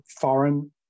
foreign